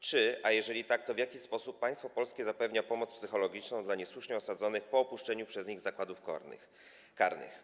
Czy, a jeżeli tak, to w jaki sposób, państwo polskie zapewnia pomoc psychologiczną dla niesłusznie osadzonych po opuszczeniu przez nich zakładów karnych?